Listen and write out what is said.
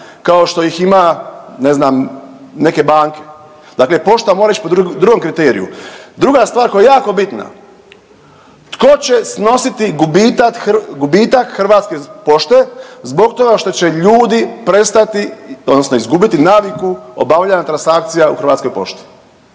kao što ih ima ne znam neke banke, dakle pošta mora ići po drugom kriteriju. Druga stvar koja je jako bitna, tko će snositi gubitak Hrvatske pošte zbog toga što će ljudi prestati odnosno izgubiti naviku obavljanja transakcija u Hrvatskoj pošti,